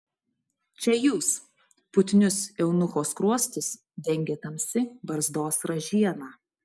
čia jūs putnius eunucho skruostus dengė tamsi barzdos ražiena